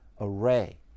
array